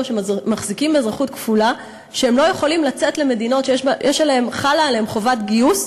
שמחזיקים באזרחות כפולה שהם לא יכולים לצאת למדינות שחלה בהן חובת גיוס,